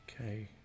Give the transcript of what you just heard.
Okay